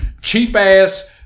cheap-ass